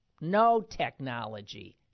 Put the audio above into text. no-technology